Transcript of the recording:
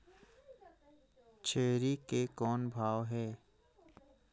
छेरी के कौन भाव हे?